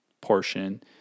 portion